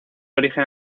origen